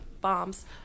Bombs